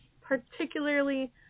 particularly